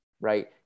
right